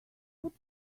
put